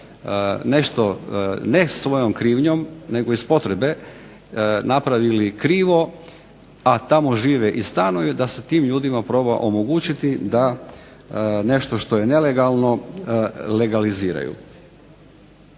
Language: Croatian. nešto ne svojom krivnjom nego iz potrebe napravili krivo, a tamo žive i stanuju da se tim ljudima proba omogućiti da nešto što je nelegalno legaliziraju.